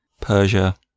Persia